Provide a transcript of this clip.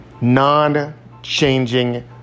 non-changing